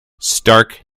stark